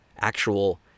actual